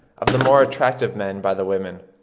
of the more attractive men by the women,